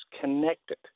connected